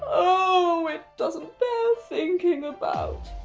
oh it doesn't bear thinking about.